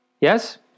Yes